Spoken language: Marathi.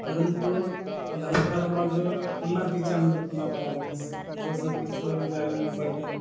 परंतु नंतर मग पुन्हा तिच्यामध्ये पुन्हा प्राब्लेम्स जसं तिचं वॅलूम बटन